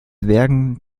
während